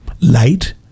Light